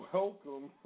Welcome